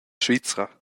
svizra